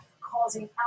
causing